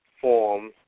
form